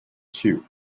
cue